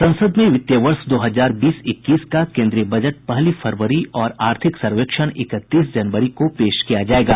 संसद में वित्त वर्ष दो हजार बीस इक्कीस का केंद्रीय बजट पहली फरवरी को और आर्थिक सर्वेक्षण इकतीस जनवरी को पेश किया जाएगा